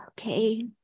okay